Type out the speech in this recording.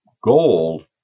Gold